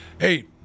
Hey